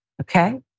Okay